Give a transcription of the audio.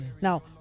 Now